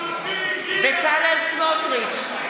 בצלאל סמוטריץ'